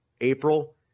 April